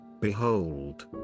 Behold